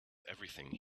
everything